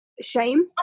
shame